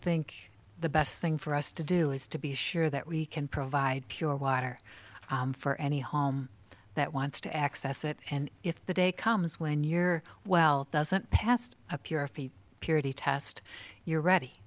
think the best thing for us to do is to be sure that we can provide pure water for any home that wants to access it and if the day comes when your wealth doesn't passed up your feet purity test you're ready